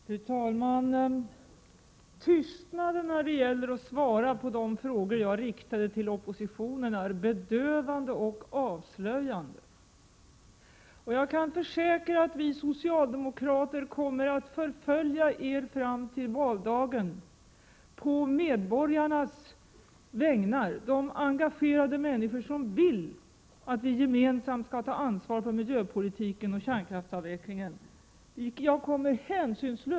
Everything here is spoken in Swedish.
Fru talman! Tystnaden när det gäller att svara på de frågor som jag riktade till oppositionen är bedövande och avslöjande. Jag kan försäkra att vi socialdemokrater kommer att förfölja er med dessa frågor fram till valdagen — på medborgarnas vägnar, på de engagerade människornas vägnar som vill att vi gemensamt skall ta ansvar för miljöpolitiken och kärnkraftsavvecklingen.